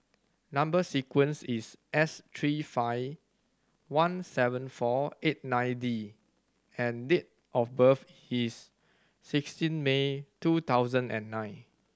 number sequence is S three five one seven four eight nine D and date of birth is sixteen May two thousand and nine